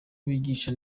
bigisha